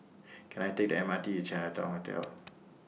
Can I Take The M R T to Chinatown Hotel